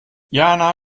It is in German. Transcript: jana